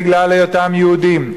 בגלל היותם יהודים,